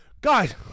guys